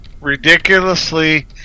ridiculously